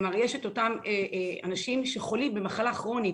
כלומר יש את אותם אנשים שחולים במחלה כרונית,